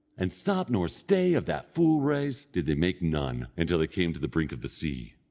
and stop nor stay of that full race, did they make none, until they came to the brink of the sea.